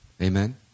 Amen